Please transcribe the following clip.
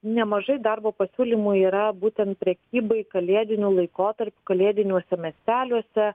nemažai darbo pasiūlymų yra būtent prekybai kalėdiniu laikotarpiu kalėdiniuose miesteliuose